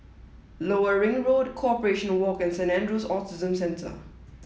lower Ring Road Corporation Walk and Saint Andrew's Autism Center